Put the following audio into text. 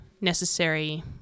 necessary